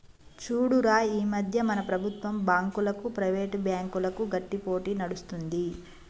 చూడురా ఈ మధ్య మన ప్రభుత్వం బాంకులకు, ప్రైవేట్ బ్యాంకులకు గట్టి పోటీ నడుస్తుంది